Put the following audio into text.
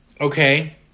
okay